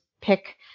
pick